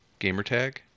Gamertag